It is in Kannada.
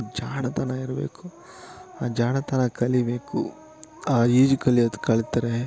ಜಾಣತನ ಇರಬೇಕು ಆ ಜಾಣತನ ಕಲಿಬೇಕು ಆ ಈಜು ಕಲಿಯೋದು ಕಲಿತ್ರೆ